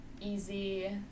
easy